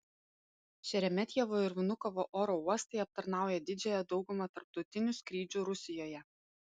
šeremetjevo ir vnukovo oro uostai aptarnaują didžiąją daugumą tarptautinių skrydžių rusijoje